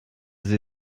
sie